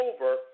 over